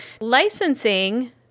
licensing